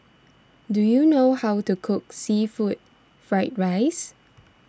do you know how to cook Seafood Fried Rice